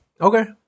Okay